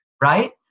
right